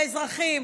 באזרחים,